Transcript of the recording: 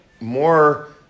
more